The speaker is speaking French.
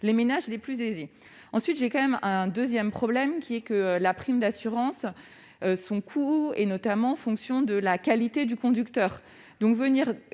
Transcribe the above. les ménages les plus aisés, ensuite j'ai quand même un 2ème problème qui est que la prime d'assurance, son coût est notamment en fonction de la qualité du conducteur, donc venir